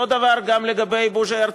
אותו דבר גם לגבי בוז'י הרצוג.